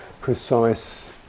precise